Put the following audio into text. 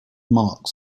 marks